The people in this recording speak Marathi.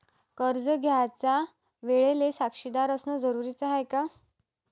कर्ज घ्यायच्या वेळेले साक्षीदार असनं जरुरीच हाय का?